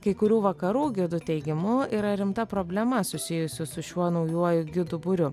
kai kurių vakarų gido teigimu yra rimta problema susijusi su šiuo naujuoju gidų būriu